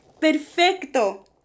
Perfecto